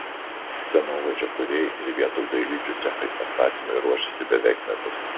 scenovaizdžio kūrėjai ir vietos dailidžių cechai pastatymui ruošėsi beveik metus